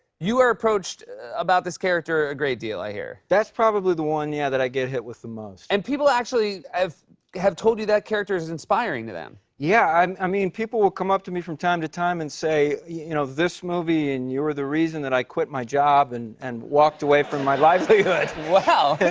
you are approached about this character a great deal, i hear. that's probably the one, yeah, that i get hit with the most. and people actually have have told you that character is inspiring to them. yeah. um i mean, people will come up to me from time to time and say, you know, this movie and you were the reason that i quit my job and and walked away from my livelihood. wow.